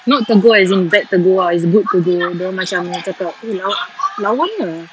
not tegur as in bad tegur ah dia orang macam cakap eh lawanya